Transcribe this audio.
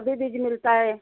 सभी बीज मिलते हैं